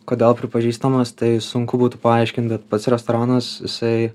kodėl pripažįstamas tai sunku būtų paaiškint bet pats restoranas jisai